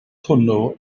hwnnw